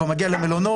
הוא כבר מגיע למלונות,